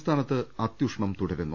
സംസ്ഥാനത്ത് അത്യുഷ്ണം തുടരുന്നു